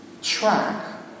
Track